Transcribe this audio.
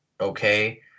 okay